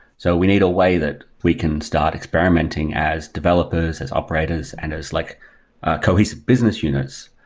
so we need a way that we can start experimenting as developers, as operators and as like cohesive business units.